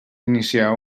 iniciar